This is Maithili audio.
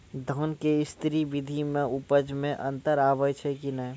धान के स्री विधि मे उपज मे अन्तर आबै छै कि नैय?